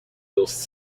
whilst